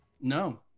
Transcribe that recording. No